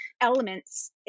elements